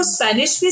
Spanish